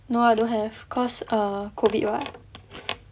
no I don't have cause err COVID [what]